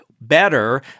better